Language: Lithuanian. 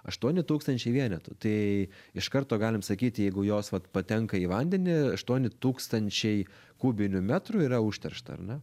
aštuoni tūkstančiai vienetų tai iš karto galim sakyti jeigu jos vat patenka į vandenį aštuoni tūkstančiai kubinių metrų yra užteršta ar ne